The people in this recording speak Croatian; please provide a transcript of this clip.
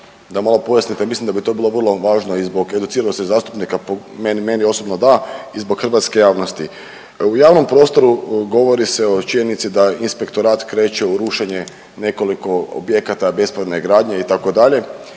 da malo pojasnite, ja mislim da bi to bilo vrlo važno i zbog educiranosti zastupnika, meni osobno da, i zbog hrvatske javnosti. U javnom prostoru govori se o činjenici da inspektorat kreće u rušenje nekoliko objekata bespravne gradnje itd.,